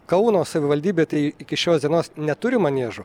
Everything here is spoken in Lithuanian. kauno savivaldybė tai iki šios dienos neturi maniežo